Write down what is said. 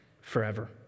forever